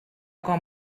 que